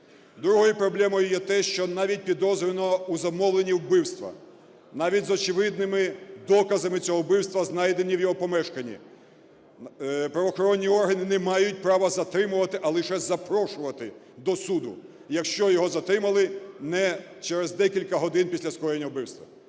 Другою проблемою є те, що навіть підозрюваного у замовленні вбивства, навіть з очевидними доказами цього вбивства, знайденими в його помешканні, правоохоронні органи не мають права затримувати, а лише запрошувати до суду, якщо його затримали не через декілька годин після скоєння вбивства.